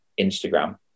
Instagram